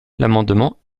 l’amendement